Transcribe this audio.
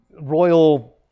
royal